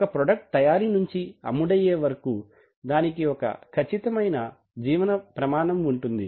ఒక ప్రోడక్ట్ తయారీ నుంచి అమ్ముడయ్యే వరకు దానికి ఒక ఖచ్చితమైన జీవన ప్రమాణం ఉంటుంది